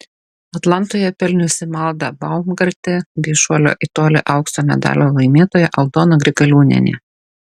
atlantoje pelniusi malda baumgartė bei šuolio į tolį aukso medalio laimėtoja aldona grigaliūnienė